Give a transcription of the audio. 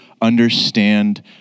understand